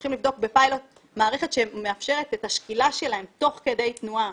הולכים לבדוק בפיילוט מערכת שמאפשרת את השקילה שלהן תוך כדי תנועה,